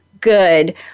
good